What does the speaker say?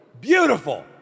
Beautiful